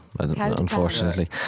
Unfortunately